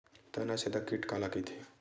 तनाछेदक कीट काला कइथे?